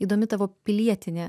įdomi tavo pilietinė